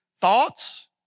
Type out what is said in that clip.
thoughts